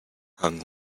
hung